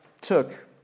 took